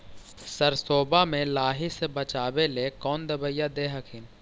सरसोबा मे लाहि से बाचबे ले कौन दबइया दे हखिन?